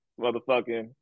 motherfucking